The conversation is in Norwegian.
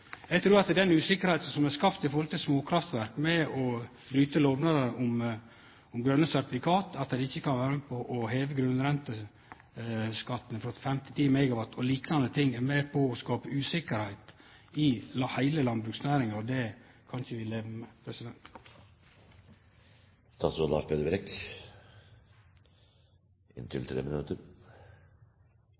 Eg trur at den uvissa som er skapt i forhold til småkraftverk ved å bryte lovnadene om grøne sertifikat, at ein ikkje kan vere med på å heve grunnrenteskatten frå 5 til 10 MW o.l., er med på å skape uvisse i heile landbruksnæringa. Det kan vi ikkje leve med.